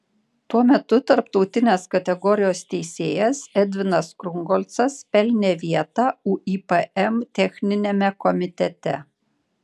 tuo metu tarptautinės kategorijos teisėjas edvinas krungolcas pelnė vietą uipm techniniame komitete